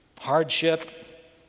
Hardship